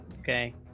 okay